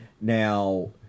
Now